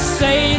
say